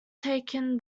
taken